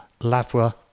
Lavra